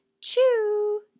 choo